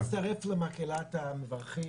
אני מצטרף למקהלת המברכים,